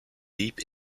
deep